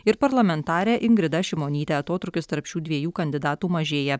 ir parlamentarę ingridą šimonytę atotrūkis tarp šių dviejų kandidatų mažėja